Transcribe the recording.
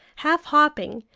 half hopping,